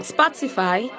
Spotify